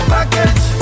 Package